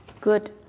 good